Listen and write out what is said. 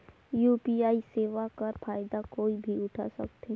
UPI सेवा कर फायदा कोई भी उठा सकथे?